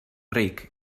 ric